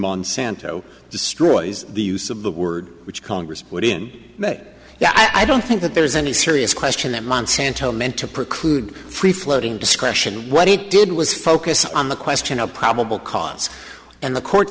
monsanto destroys the use of the word which congress put in that i don't think that there is any serious question that monsanto meant to preclude free floating discretion what it did was focus on the question of probable cause and the court